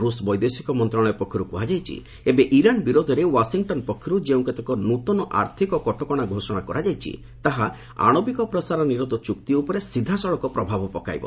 ରୁଷ୍ ବୈଦେଶିକ ମନ୍ତ୍ରଣାଳୟ ପକ୍ଷରୁ କୁହାଯାଇଛି ଏବେ ଇରାନ୍ ବିରୋଧରେ ୱାଶିଂଟନ୍ ପକ୍ଷରୁ ଯେଉଁ କେତେକ ନୂଆ ଆର୍ଥକ କଟକଣା ଘୋଷଣା କରାଯାଇଛି ତାହା ଆଶବିକ ପ୍ରସାର ନିରୋଧ ଚୁକ୍ତି ଉପରେ ସିଧାସଳଖ ପ୍ରଭାବ ପକାଇବ